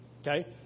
Okay